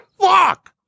fuck